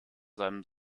seinem